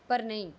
ਪਰ ਨਹੀਂ